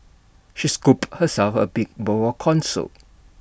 she scooped herself A big bowl of Corn Soup